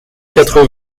quatre